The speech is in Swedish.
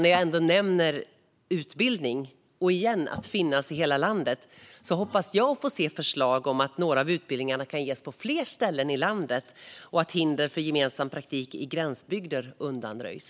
När jag ändå nämner utbildning och att finnas i hela landet hoppas jag få se förslag om att några av utbildningarna kan ges på fler ställen i landet och att hinder för gemensam praktik i gränsbygder undanröjs.